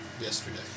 yesterday